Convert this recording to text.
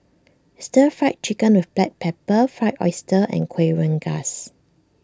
Stir Fried Chicken with Black Pepper Fried Oyster and Kuih Rengas